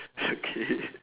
okay